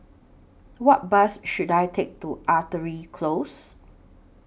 What Bus should I Take to Artillery Close